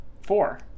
Four